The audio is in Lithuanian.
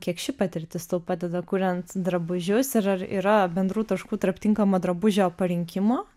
kiek ši patirtis tau padeda kuriant drabužius ir ar yra bendrų taškų tarp tinkamo drabužio parinkimo